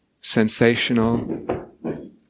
sensational